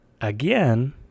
again